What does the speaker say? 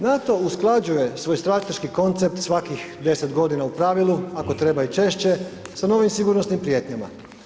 NATO usklađuje svoj strateški koncept svakih 10.g. u pravilu, ako treba i češće, sa novim sigurnosnim prijetnjama.